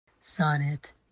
Sonnet